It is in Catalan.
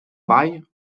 vall